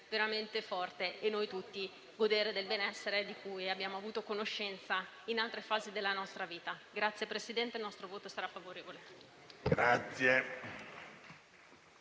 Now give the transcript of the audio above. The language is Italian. veramente forte e noi tutti godere del benessere di cui abbiamo avuto conoscenza in altre fasi della nostra vita. Signor Presidente, il nostro voto sarà pertanto favorevole.